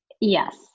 yes